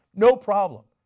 no problem?